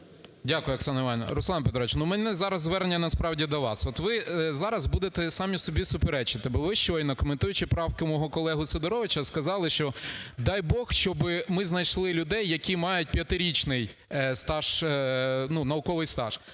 Дякую, Оксана Іванівна. Руслан Петрович, ну, в мене зараз звернення насправді до вас. От ви зараз будете самі собі суперечити, бо ви щойно, коментуючи правку мого колеги Сидоровича, сказали, що, дай Бог, щоби ми знайшли людей, які мають п'ятирічний стаж,